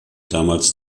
damals